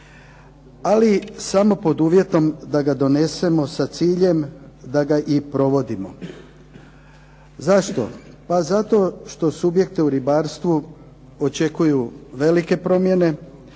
ali samo pod uvjetom da ga donesemo sa ciljem da ga i provodimo. Zašto? Pa zato što subjekte u ribarstvu očekuju velike promjene,